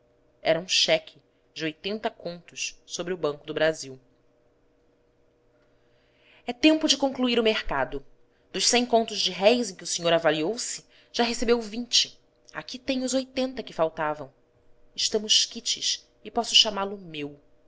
era um cheque de oitenta contos sobre o banco do brasil é tempo de concluir o mercado dos cem contos de réis em que o senhor avaliou se já recebeu vinte aqui tem os oitenta que faltavam estamos quites e posso chamá-lo meu